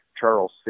Charles